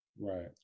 Right